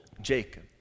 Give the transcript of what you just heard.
Jacob